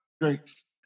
drinks